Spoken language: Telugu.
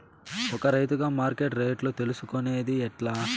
ఒక రైతుగా మార్కెట్ రేట్లు తెలుసుకొనేది ఎట్లా?